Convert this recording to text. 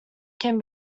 can